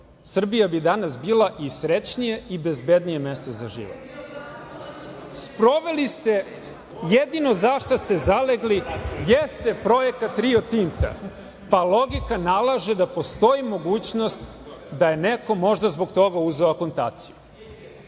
Srbija bi danas bila i srećnije i bezbednije mesto za život. Jedino zašta ste zalegli jeste projekat Rio Tinta, pa logika nalaže da postoji mogućnost da je neko možda zbog toga uzeo akontaciju